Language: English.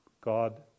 God